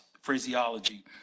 phraseology